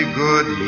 good